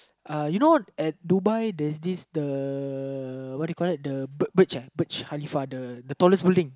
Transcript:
uh you know at Dubai there's this the what you call that the ah the Halifa tallest building